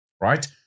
right